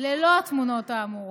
ללא התמונות האמורות.